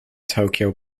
tokyo